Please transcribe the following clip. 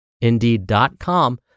Indeed.com